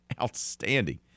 Outstanding